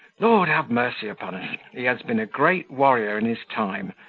lord have mercy upon us! he has been a great warrior in his time,